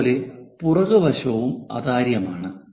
അതുപോലെ പുറകുവശവും അതാര്യമാണ്